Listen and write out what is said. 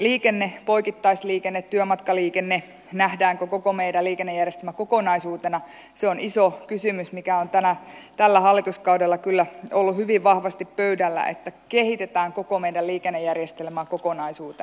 liikenne poikittaisliikenne työmatkaliikenne nähdäänkö koko meidän liikennejärjestelmämme kokonaisuutena se on iso kysymys joka on tällä hallituskaudella kyllä ollut hyvin vahvasti pöydällä että kehitetään koko meidän liikennejärjestelmää kokonaisuutena